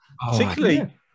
particularly